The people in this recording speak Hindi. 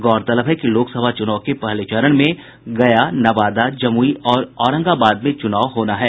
गौरतलब है कि लोकसभा चुनाव के पहले चरण में गया नवादा जमुई और औरंगाबाद में चुनाव होना है